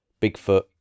Bigfoot